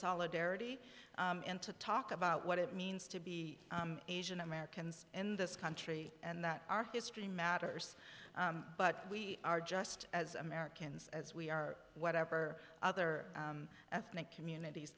solidarity and to talk about what it means to be asian americans in this country and that our history matters but we are just as americans as we are whatever other ethnic communities